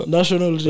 National